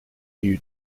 new